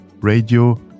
radio